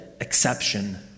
exception